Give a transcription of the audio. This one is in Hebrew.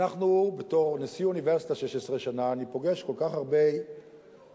בתור נשיא אוניברסיטה 16 שנה אני פוגש כל כך הרבה מהסטודנטים,